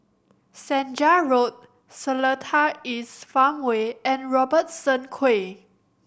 Senja Road Seletar East Farmway and Robertson Quay